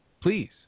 Please